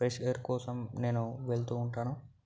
fresh air కోసం నేను వెళ్తూ ఉంటాను